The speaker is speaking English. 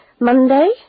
Monday